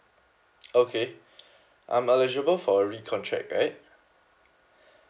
okay I'm eligible for a re-contract right